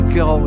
go